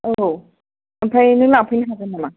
औ ओमफ्राय नों लांफैनो हागोन नामा